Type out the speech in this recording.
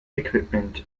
equipment